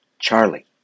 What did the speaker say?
Charlie